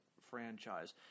franchise